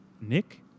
Nick